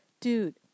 dude